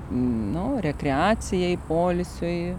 nu rekreacijai poilsiui